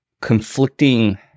conflicting